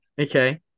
okay